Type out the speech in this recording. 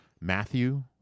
Matthew